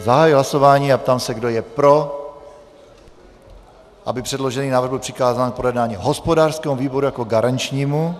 Zahajuji hlasování a ptám se, kdo je pro, aby předložený návrh byl přikázán k projednání hospodářskému výboru jako výboru garančnímu.